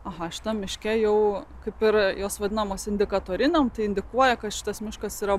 aha šitam miške jau kaip ir jos vadinamos indikatorių tai indikuoja kad šitas miškas yra